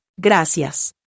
Gracias